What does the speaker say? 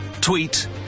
Tweet